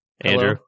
Andrew